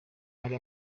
hari